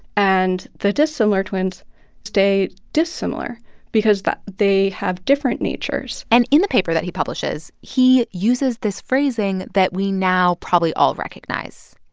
and the dissimilar twins stay dissimilar because they have different natures and in the paper that he publishes, he uses this phrasing that we now probably all recognize.